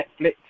Netflix